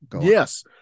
Yes